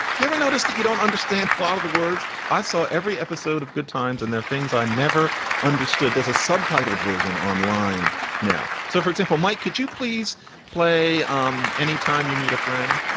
you ever notice that you don't understand a lot of the words i saw every episode of good times and there things i never understood as a subtitled version online now. so, for example, mike, could you please play um anytime you meet a friend?